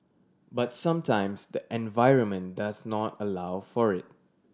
but sometimes the environment does not allow for it